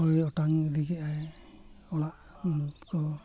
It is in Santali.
ᱦᱚᱭ ᱚᱴᱟᱝ ᱤᱫᱤ ᱠᱮᱜᱼᱟᱭ ᱚᱲᱟᱜ ᱠᱚ